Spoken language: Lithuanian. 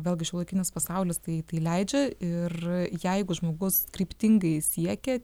vėlgi šiuolaikinis pasaulis tai tai leidžia ir jeigu žmogus kryptingai siekia